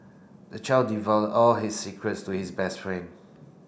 the child all his secrets to his best friend